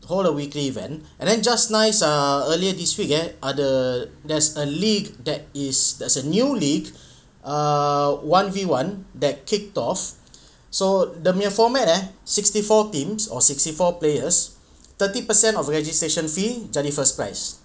the weekly event and then just nice err earlier this week ada there's a league that is there's a new league a one V one that kicked off so dia punya format eh sixty four teams or sixty four players thirty percent of registration fee jadi first prize